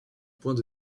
point